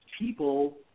people